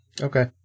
Okay